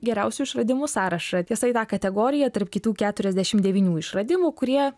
geriausių išradimų sąrašą tiesa į tą kategoriją tarp kitų keturiasdešim devynių išradimų kurie